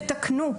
תתקנו.